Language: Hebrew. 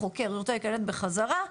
חוקר שרוצה להיקלט בחזרה,